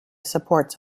supports